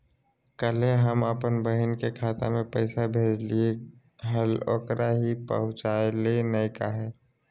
कल्हे हम अपन बहिन के खाता में पैसा भेजलिए हल, ओकरा ही पहुँचलई नई काहे?